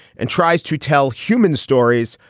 and tries to tell human stories,